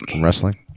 wrestling